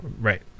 Right